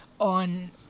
on